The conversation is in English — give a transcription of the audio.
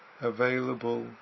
available